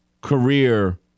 career